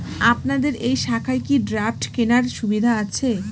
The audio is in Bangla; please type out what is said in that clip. আপনাদের এই শাখায় কি ড্রাফট কেনার সুবিধা আছে?